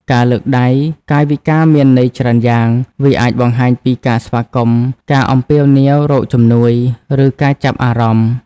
ការលើកដៃ កាយវិការមានន័យច្រើនយ៉ាង វាអាចបង្ហាញពីការស្វាគមន៍ ការអំពាវនាវរកជំនួយ ឬការចាប់អារម្មណ៍។